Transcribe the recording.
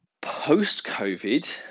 Post-COVID